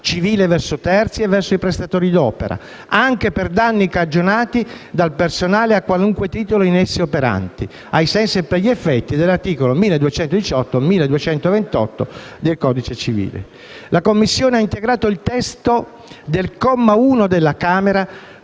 civile verso terzi e verso i prestatori d'opera, anche per danni cagionati dal personale a qualunque titolo in esse operanti, ai sensi e per gli effetti degli articoli 1218 e 1228 del codice civile. La Commissione ha integrato il testo del comma 1 approvato